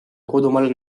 kodumaal